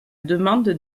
demande